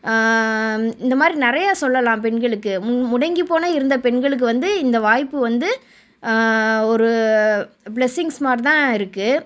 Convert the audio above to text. இந்த மாதிரி நிறையா சொல்லலாம் பெண்களுக்கு முடங்கிப் போய் இருந்த பெண்களுக்கு வந்து இந்த வாய்ப்பு வந்து ஒரு ப்ளஸ்ஸிங்ஸ் மாதிரி தான் இருக்குது